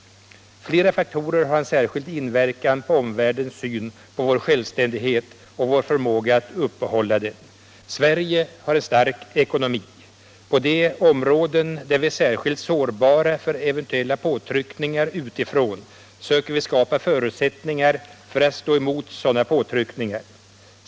Flera faktorer har en särskild inverkan på omvärldens syn på vår självständighet och vår förmåga att uppehålla den. Sverige haren stark ekonomi. På de områden där vi är särskilt sårbara för eventuella påtryckningar utifrån söker vi skapa förutsättningar för att stå emot sådana påtryckningar.